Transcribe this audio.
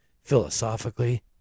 philosophically